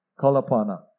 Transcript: Kalapana